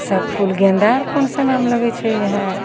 सब फूल गेन्दा आओर कोन समयमे लागै छै वएह